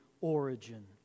origin